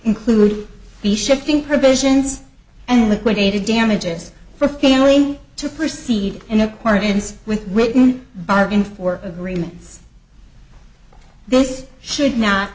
including the shipping provisions and liquidated damages for failing to proceed in accordance with written bargain for agreements this should not